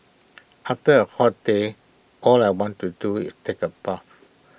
after A hot day all I want to do is take A bath